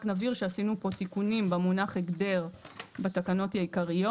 רק נבהיר שעשינו פה תיקונים במונח הגדר בתקנות העיקריות.